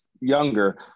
younger